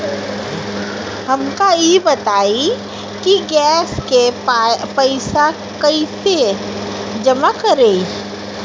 हमका ई बताई कि गैस के पइसा कईसे जमा करी?